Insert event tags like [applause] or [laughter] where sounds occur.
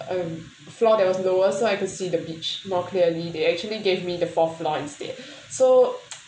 um floor that was lower so I could see the beach more clearly they actually gave me the fourth floor instead so [noise]